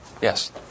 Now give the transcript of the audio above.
Yes